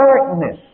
darkness